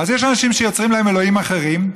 יש אנשים שיוצרים להם אלוהים אחרים,